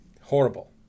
Horrible